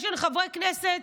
יש כאן חברי כנסת,